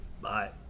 Bye